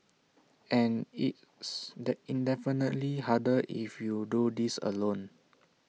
and it's the infinitely harder if you do this alone